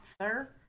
sir